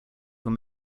were